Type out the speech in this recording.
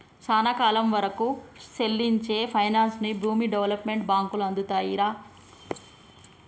సానా కాలం వరకూ సెల్లించే పైనాన్సుని భూమి డెవలప్మెంట్ బాంకులు అందిత్తాయిరా